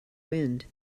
wind